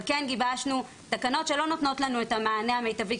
אבל כן גיבשנו תקנות שלא נותנות לנו את המענה המיטבי,